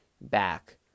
back